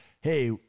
hey